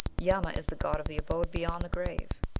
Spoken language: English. yama is the god of the abode beyond the grave.